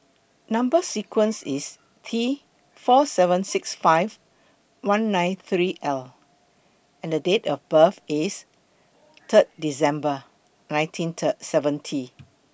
Number sequence IS T four seven six five one nine three L and Date of birth IS Third December nineteen seventy